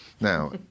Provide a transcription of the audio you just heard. Now